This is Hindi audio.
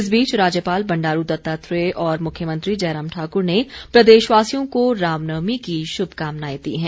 इस बीच राज्यपाल बंडारू दत्तात्रेय और मुख्यमंत्री जयराम ठाकुर ने प्रदेशवासियों को रामनवमी की शुभकामनायें दी हैं